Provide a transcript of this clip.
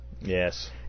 Yes